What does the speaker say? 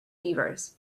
fevers